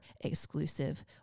exclusive